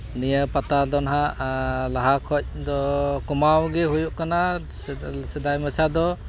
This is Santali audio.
ᱱᱤᱭᱟᱹ ᱯᱟᱛᱟ ᱫᱚ ᱱᱟᱜ ᱞᱟᱦᱟ ᱠᱷᱚᱡ ᱫᱚ ᱠᱚᱢᱟᱣ ᱜᱮ ᱦᱩᱭᱩᱜ ᱠᱟᱱᱟ ᱥᱮ ᱥᱮᱫᱟᱭ ᱢᱟᱪᱷᱟ ᱫᱚ